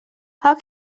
how